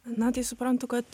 na tai suprantu kad